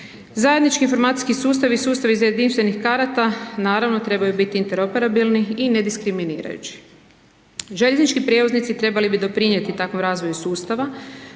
Zajednički informacijski sustav i sustav iz jedinstvenih karata naravno trebaju biti interoperabilni i ne diskriminirajući. Željeznički prijevoznici trebali bi doprinijeti takvom razvoju sustava